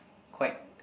quite